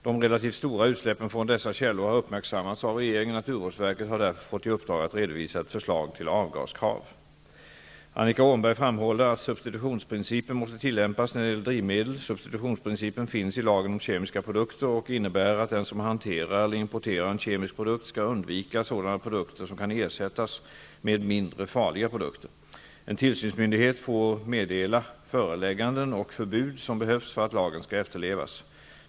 De relativt stora utsläppen från dessa källor har uppmärksammats av regeringen. Naturvårdsverket har därför fått i uppdrag att redovisa ett förslag till avgaskrav. Annika Åhnberg framhåller att substitutionsprincipen måste tillämpas när det gäller drivmedel. Substitutionsprincipen finns i lagen om kemiska produkter och innebär att den som hanterar eller importerar en kemisk produkt skall undvika sådana produkter som kan ersättas med mindre farliga produkter. En tillsynsmyndighet får meddela de förelägganden och förbud som behövs för att lagen skall efterlevas.